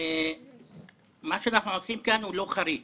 מה שאנחנו עושים כאן הוא לא חריג,